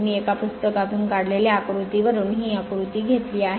मी एका पुस्तकातून काढलेल्या आकृतीवरून ही आकृती घेतली आहे